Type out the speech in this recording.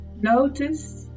notice